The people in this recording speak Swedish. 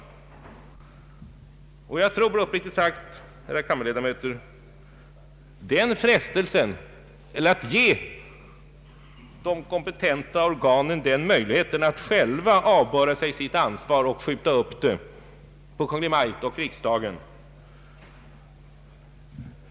Jag tror uppriktigt sagt, ärade kammarledamöter, att det inte är bra att ge de kompetenta organen den möjligheten att själva avbörda sig sitt ansvar och skjuta det på Kungl. Maj:t och riksdagen.